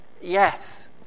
yes